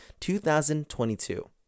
2022